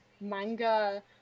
manga